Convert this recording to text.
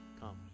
Come